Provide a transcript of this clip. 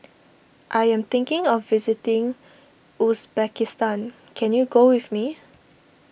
I am thinking of visiting Uzbekistan can you go with me